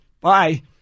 Bye